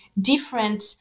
different